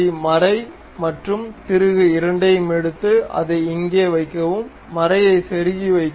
மறை மற்றும் திருகு இரண்டையும் எடுத்து அதை இங்கே வைக்கவும் மறையை செருகி வைக்கவும்